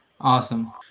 Awesome